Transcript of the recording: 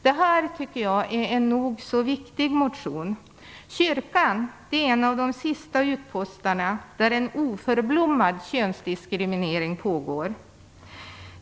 Det här tycker jag är en nog så viktig motion. Kyrkan är en av de sista utposterna där en oförblommerad könsdiskriminering pågår.